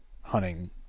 hunting